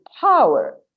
power